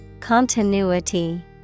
Continuity